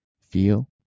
feel